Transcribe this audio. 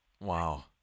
Wow